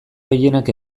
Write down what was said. gehienak